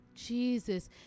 Jesus